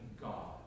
God